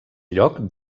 lloc